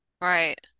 Right